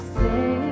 say